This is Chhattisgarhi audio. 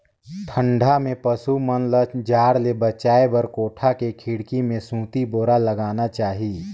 ठंडा में पसु मन ल जाड़ ले बचाये बर कोठा के खिड़की में सूती बोरा लगाना चाही